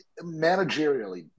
managerially